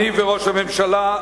אני וראש הממשלה,